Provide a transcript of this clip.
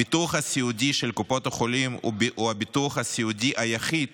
הביטוח הסיעודי של קופות החולים הוא הביטוח הסיעודי היחיד